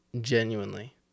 Genuinely